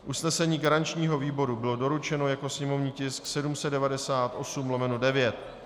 Usnesení garančního výboru bylo doručeno jako sněmovní tisk 798/9.